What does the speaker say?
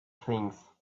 things